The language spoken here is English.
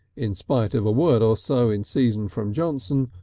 in spite of a word or so in season from johnson,